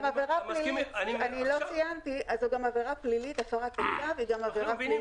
אני לא ציינתי הפרת הצו היא גם עבירה פלילית.